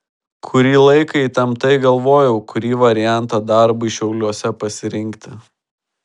kurį laiką įtemptai galvojau kurį variantą darbui šiauliuose pasirinkti